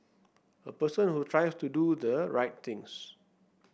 a person who tries to do the right things